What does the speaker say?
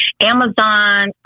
Amazon